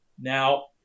Now